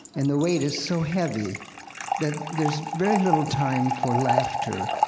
and the weight is so heavy that there's very little time for laughter.